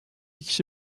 kişi